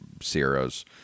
sierras